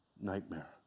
nightmare